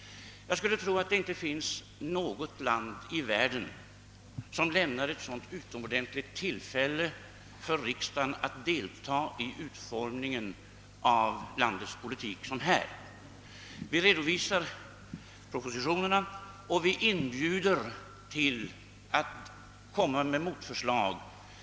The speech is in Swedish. Jag skulle tro att det inte i något land i världen lämnas ett så utomordentligt tillfälle för riksdagen att delta i utformningen av landets politik som här i Sverige. Vi redovisar propositionerna och inbjuder till motförslag.